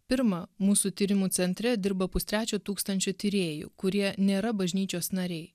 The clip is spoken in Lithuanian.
pirma mūsų tyrimų centre dirba pustrečio tūkstančio tyrėjų kurie nėra bažnyčios nariai